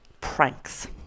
pranks